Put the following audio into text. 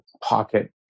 pocket